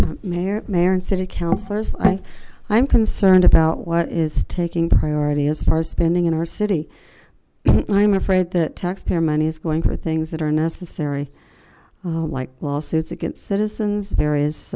menton mayor mayor and city councillors i i'm concerned about what is taking priority as far as spending in our city i am afraid that taxpayer money is going for things that are necessary like lawsuits against citizens various